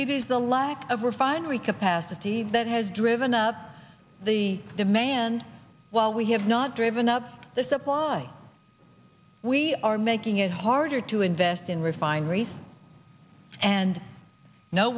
it is the lack of refinery capacity that has driven up the demand while we have not driven up the supply we are making it harder to invest in refineries and no